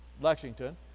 Lexington